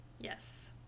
yes